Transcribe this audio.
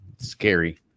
scary